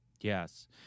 Yes